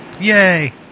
Yay